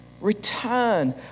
return